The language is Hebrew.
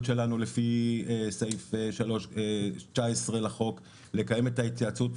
שלנו לפי סעיף 19 לחוק לקיים את ההתייעצות,